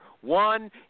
One